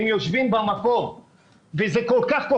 הם יושבים במקור וזה כל כך חשוב,